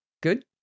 good